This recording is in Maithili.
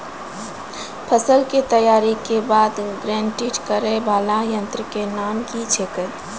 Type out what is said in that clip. फसल के तैयारी के बाद ग्रेडिंग करै वाला यंत्र के नाम की छेकै?